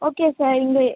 okay sir இங்கே